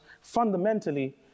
Fundamentally